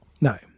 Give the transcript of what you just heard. No